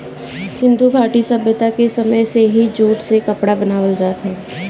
सिंधु घाटी सभ्यता के समय से ही जूट से कपड़ा बनावल जात बा